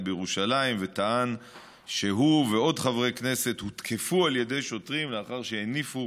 בירושלים וטען שהוא ועוד חברי כנסת הותקפו על ידי שוטרים לאחר שהניפו